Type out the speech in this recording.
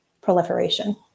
proliferation